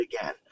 again